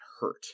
hurt